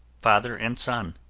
father and son